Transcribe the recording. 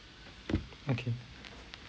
okay